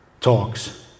talks